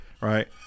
right